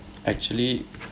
actually